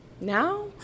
now